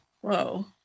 Whoa